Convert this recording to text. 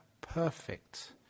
perfect